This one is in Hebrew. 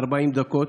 40 דקות.